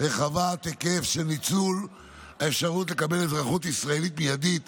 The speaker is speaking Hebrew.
רחבת היקף של ניצול האפשרות לקבלת אזרחות ישראלית מיידית